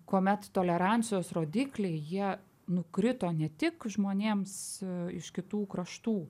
kuomet tolerancijos rodykliai jie nukrito ne tik žmonėms iš kitų kraštų